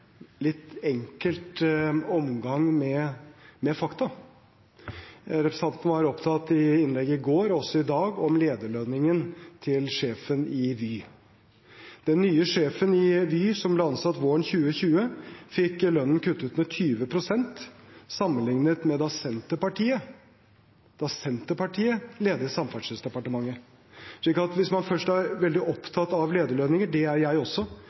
litt enkel omgang med fakta. Representanten var opptatt i innlegget i går og også i dag av lederlønningen til sjefen i Vy. Den nye sjefen i Vy, som ble ansatt våren 2020, fikk lønnen kuttet med 20 pst. sammenlignet med da Senterpartiet ledet Samferdselsdepartementet. Slik at hvis man først er veldig opptatt av lederlønninger – det er jeg også,